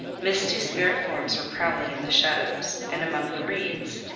misty spirit forms were prowling in the shadows and among the reeds,